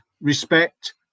respect